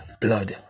blood